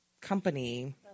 company